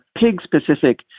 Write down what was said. pig-specific